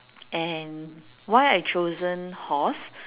and why I chosen horse